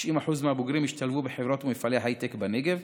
90% מהבוגרים ישתלבו בחברות ומפעלי הייטק בנגב.